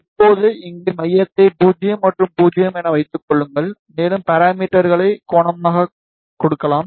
இப்போது இங்கே மையத்தை 0 மற்றும் 0 என வைத்துக் கொள்ளுங்கள் மேலும் பாராமீட்டர்களை கோணமாகக் கொடுக்கலாம்